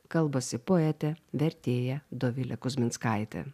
kalbasi poetė vertėja dovilė kuzminskaitė